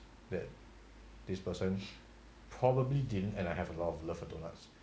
that this person probably didn't and I have a lot of love for doughnuts